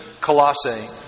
Colossae